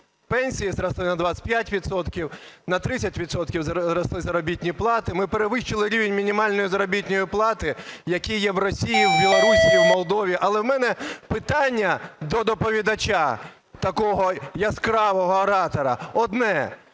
пенсії зросли на 25 відсотків, на 30 відсотків зросли заробітні плати, ми перевищили рівень мінімальної заробітної плати, які є в Росії, в Білорусі, в Молдові. Але у мене питання до доповідача, такого яскравого оратора, одне.